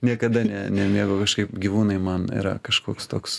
niekada ne nemėgau kažkaip gyvūnai man yra kažkoks toks